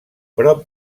prop